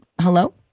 Hello